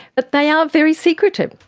but they are very secretive,